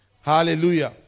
Hallelujah